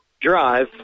drive